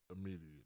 immediately